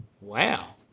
Wow